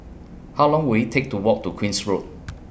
How Long Will IT Take to Walk to Queen's Road